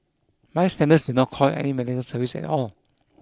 bystanders did not call any medical service at all